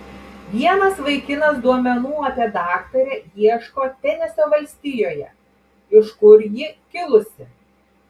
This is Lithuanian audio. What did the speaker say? vienas vaikinas duomenų apie daktarę ieško tenesio valstijoje iš kur ji kilusi